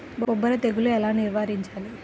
బొబ్బర తెగులు ఎలా నివారించాలి?